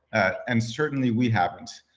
and certainly we haven't.